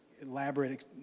elaborate